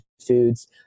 foods